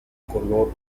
color